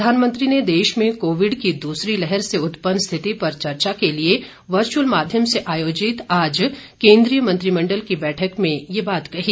प्रधानमंत्री ने देश में कोविड की दूसरी लहर से उत्पन्न स्थिति पर चर्चा के लिए वर्चअल माध्यम से आयोजित आज केन्द्रीय मंत्रिमण्डल की बैठक में यह बात कही